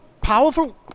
powerful